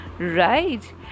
right